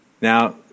Now